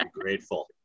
grateful